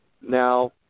now